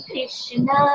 Krishna